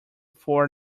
four